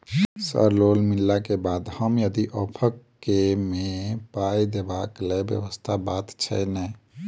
Sir loan मिलला केँ बाद हम यदि ऑफक केँ मे पाई देबाक लैल व्यवस्था बात छैय नै?